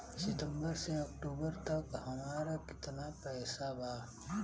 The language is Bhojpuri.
सितंबर से अक्टूबर तक हमार कितना पैसा बा?